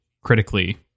critically